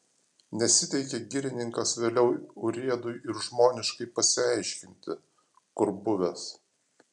nesiteikė girininkas vėliau urėdui ir žmoniškai pasiaiškinti kur buvęs